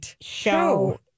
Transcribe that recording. show